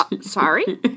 Sorry